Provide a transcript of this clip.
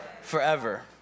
forever